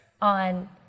on